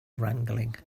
wrangling